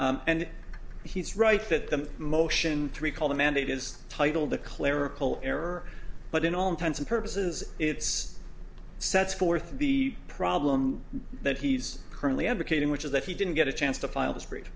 and he's right that the motion three called a mandate is titled the clerical error but in all intents and purposes it's sets forth the problem that he's currently advocating which is that he didn't get a chance to file the street